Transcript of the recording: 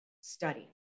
study